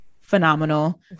phenomenal